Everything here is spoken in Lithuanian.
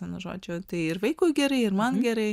vienu žodžiu tai ir vaikui gerai ir man gerai